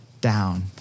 down